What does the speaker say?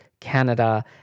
canada